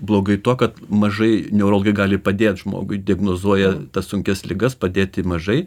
blogai tuo kad mažai neurologai gali padėt žmogui diagnozuoja tas sunkias ligas padėti mažai